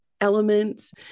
elements